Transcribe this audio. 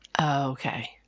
okay